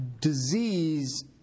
disease